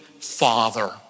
Father